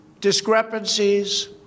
discrepancies